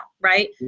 right